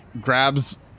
grabs